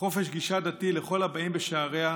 וחופש גישה דתי לכל הבא בשעריה,